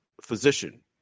physician